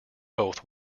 both